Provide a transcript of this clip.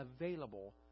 available